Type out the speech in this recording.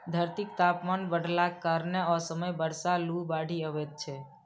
धरतीक तापमान बढ़लाक कारणें असमय बर्षा, लू, बाढ़ि अबैत छैक